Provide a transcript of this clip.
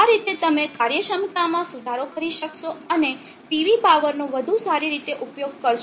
આ રીતે તમે કાર્યક્ષમતામાં સુધારો કરી શકશો અને PV પાવરનો વધુ સારી રીતે ઉપયોગ કરશો